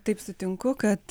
taip sutinku kad